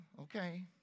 okay